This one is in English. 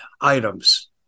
items